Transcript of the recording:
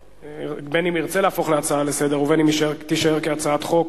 בין שירצה להפוך להצעה לסדר-היום ובין שתישאר כהצעת חוק,